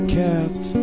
kept